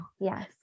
Yes